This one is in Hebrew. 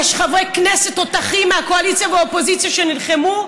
יש חברי כנסת תותחים מהקואליציה והאופוזיציה שנלחמו,